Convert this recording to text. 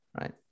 right